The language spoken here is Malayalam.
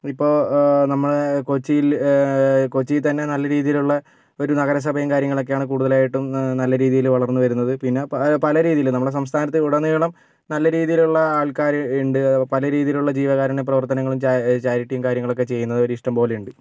ഇപ്പോൾ നമ്മളുടെ കൊച്ചിയിൽ കൊച്ചിയിൽ തന്നെ നല്ല രീതിയിലുള്ള ഒരു നഗരസഭയും കാര്യങ്ങൾ ഒക്കെയാണ് കൂടുതലായിട്ടും നല്ല രീതിയിൽ വളർന്നുവരുന്നത് പിന്നെ പ പലരീതിയിലും നമ്മുടെ സംസ്ഥാനത്ത് ഉടനീളം നല്ല രീതിയിലുള്ള ആൾക്കാര് ഉണ്ട് പലരീതിയിലുള്ള ജീവകാരുണ്യ പ്രവർത്തനങ്ങളും ചാ ചാരിറ്റി കാര്യങ്ങളൊക്കെ ചെയ്യുന്നവര് ഇഷ്ട്ടം പോലെ ഉണ്ട്